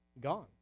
gone